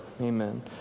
Amen